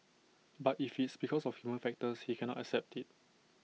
but if it's because of human factors he cannot accept IT